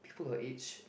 people your age